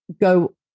go